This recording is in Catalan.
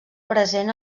present